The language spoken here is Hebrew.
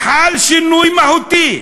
חל שינוי מהותי,